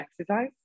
exercise